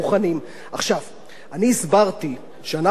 אני הסברתי שאנחנו הולכים בדרך הזאת של חוק